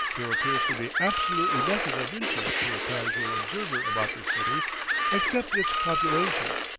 there appears to be absolutely nothing of interest to a casual observer about the city except its population,